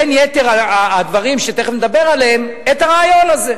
בין יתר הדברים שתיכף נדבר עליהם, את הרעיון הזה.